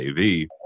AV